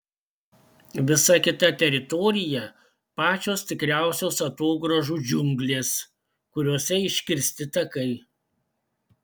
visa kita teritorija pačios tikriausios atogrąžų džiunglės kuriose iškirsti takai